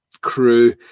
crew